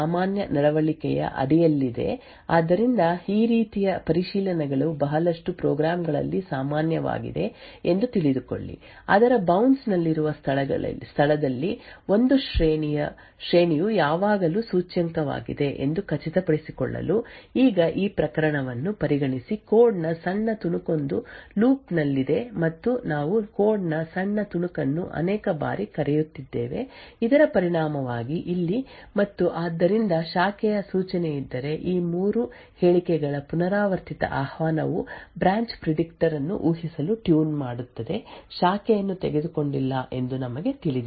X ನಿಜವಾಗಿಯೂ array len array len ಗಿಂತ ಕಡಿಮೆ ಇರುವಾಗ ಈಗ ಇದು ಸಾಮಾನ್ಯ ನಡವಳಿಕೆಯ ಅಡಿಯಲ್ಲಿದೆ ಆದ್ದರಿಂದ ಈ ರೀತಿಯ ಪರಿಶೀಲನೆಗಳು ಬಹಳಷ್ಟು ಪ್ರೋಗ್ರಾಂಗಳಲ್ಲಿ ಸಾಮಾನ್ಯವಾಗಿದೆ ಎಂದು ತಿಳಿದುಕೊಳ್ಳಿ ಅದರ ಬೌನ್ಸ್ ನಲ್ಲಿರುವ ಸ್ಥಳದಲ್ಲಿ ಒಂದು ಶ್ರೇಣಿಯು ಯಾವಾಗಲೂ ಸೂಚ್ಯಂಕವಾಗಿದೆ ಎಂದು ಖಚಿತಪಡಿಸಿಕೊಳ್ಳಲು ಈಗ ಈ ಪ್ರಕರಣವನ್ನು ಪರಿಗಣಿಸಿ ಕೋಡ್ ನ ಸಣ್ಣ ತುಣುಕೊಂದು ಲೂಪ್ ನ ಲ್ಲಿದೆ ಮತ್ತು ನಾವು ಕೋಡ್ ನ ಸಣ್ಣ ತುಣುಕನ್ನು ಅನೇಕ ಬಾರಿ ಕರೆಯುತ್ತಿದ್ದೇವೆ ಇದರ ಪರಿಣಾಮವಾಗಿ ಇಲ್ಲಿ ಮತ್ತು ಆದ್ದರಿಂದ ಶಾಖೆಯ ಸೂಚನೆಯಿದ್ದರೆ ಈ 3 ಹೇಳಿಕೆಗಳ ಪುನರಾವರ್ತಿತ ಆಹ್ವಾನವು ಬ್ರಾಂಚ್ ಪ್ರಿಡಿಕ್ಟರ್ ಅನ್ನು ಊಹಿಸಲು ಟ್ಯೂನ್ ಮಾಡುತ್ತದೆ ಶಾಖೆಯನ್ನು ತೆಗೆದುಕೊಂಡಿಲ್ಲ ಎಂದು ನಮಗೆ ತಿಳಿದಿದೆ